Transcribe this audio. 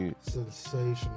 Sensational